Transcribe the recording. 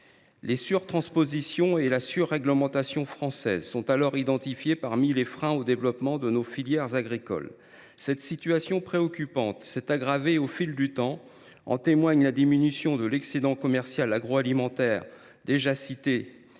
Les surtranspositions et la surréglementation françaises sont alors identifiées parmi les freins au développement de nos filières agricoles. Cette situation préoccupante s’est aggravée au fil du temps, comme en témoigne la diminution de l’excédent commercial alimentaire de la